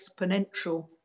exponential